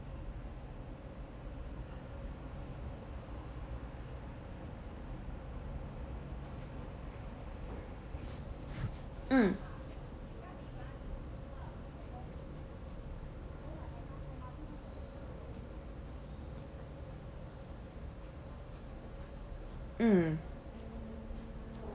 mm mm